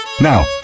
Now